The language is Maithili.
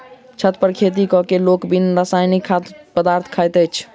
छत पर खेती क क लोक बिन रसायनक खाद्य पदार्थ खाइत अछि